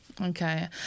Okay